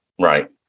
Right